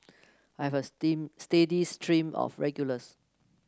I have a steam steady stream of regulars